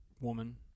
Woman